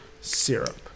syrup